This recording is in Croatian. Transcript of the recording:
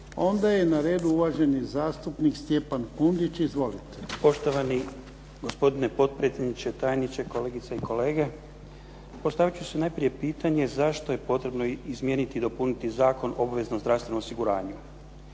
Onda je na redu uvaženi zastupnik Stjepan Kundić. Izvolite. **Kundić, Stjepan (HDZ)** Poštovani gospodine potpredsjedniče. Tajniče, kolegice i kolege. Postavit ću si najprije pitanje zašto je potrebno izmijeniti i dopuniti Zakon o obveznom zdravstvenom osiguranju.